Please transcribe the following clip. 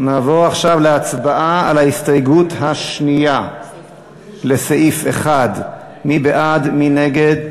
בעד ההסתייגות הראשונה לסעיף 1 הצביעו ארבעה, נגד,